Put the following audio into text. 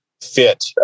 fit